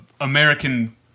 American